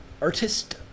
artist